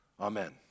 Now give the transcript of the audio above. Amen